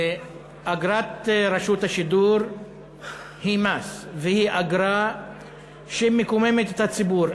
אגרת רשות השידור היא מס והיא אגרה שמקוממת את הציבור.